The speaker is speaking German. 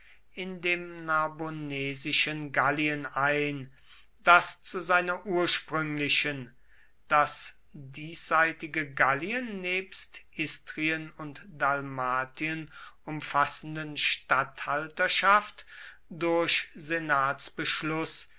in dem narbonensischen gallien ein das zu seiner ursprünglichen das diesseitige gallien nebst istrien und dalmatien umfassenden statthalterschaft durch